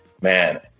Man